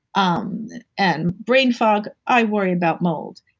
um and brain fog, i worry about mold.